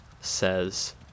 says